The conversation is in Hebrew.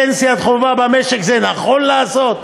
פנסיית חובה במשק זה נכון לעשות?